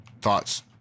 Thoughts